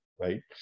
right